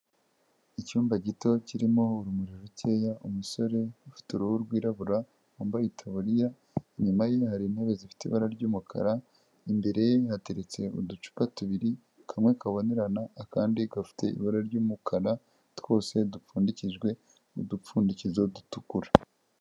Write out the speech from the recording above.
Icyumba gito kirimo urumuri rukeya, umusore ufite uruhu rwirabura wambaye itaburiya, inyuma yiwe hari intebe zifite ibara ry'umukara, imbere ye hateretse uducupa tubiri kamwe kabonerana akandi gafite ibara ry'umukara twose dupfundikijwe udupfundikizo dutukura.